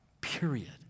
period